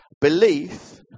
belief